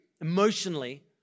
emotionally